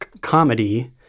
comedy